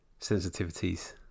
sensitivities